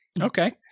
okay